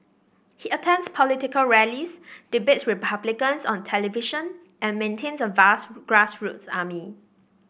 he attends political rallies debates Republicans on television and maintains a vast grassroots army